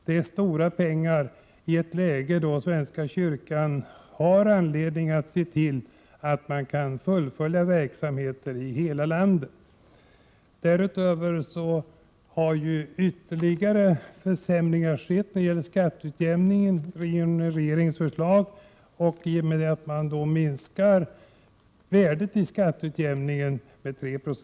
Det är mycket pengar i ett läge, då svenska kyrkan har anledning att se till att den kan 119 fullfölja verksamheten i hela landet. Ytterligare försämringar har skett enligt regeringens förslag när det gäller skatteutjämning i och med att man minskat värdet i skatteutjämningen med 3 Jo.